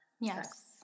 Yes